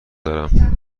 دارم